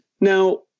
Now